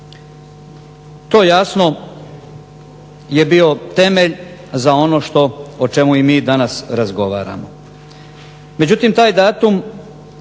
To jasno je bio temelj za ono što o čemu i mi danas razgovaramo.